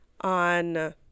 on